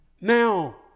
Now